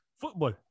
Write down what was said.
Football